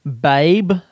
Babe